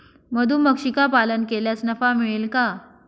मधुमक्षिका पालन केल्यास नफा मिळेल का?